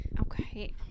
okay